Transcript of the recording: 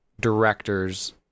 directors